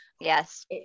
Yes